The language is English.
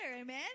amen